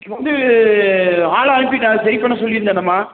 வந்து ஆளை அனுப்பிவிட்டேன் சரி பண்ண சொல்லியிருந்தேனேமா